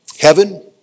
Heaven